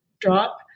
drop